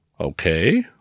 Okay